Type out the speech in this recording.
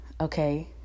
Okay